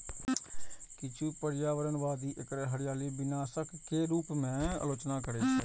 किछु पर्यावरणवादी एकर हरियाली विनाशक के रूप मे आलोचना करै छै